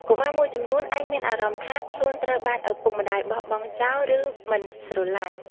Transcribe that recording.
កុមារមួយចំនួនអាចមានអារម្មណ៍ថាខ្លួនត្រូវបានឪពុកម្ដាយបោះបង់ចោល ឬមិនស្រឡាញ់។